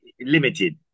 limited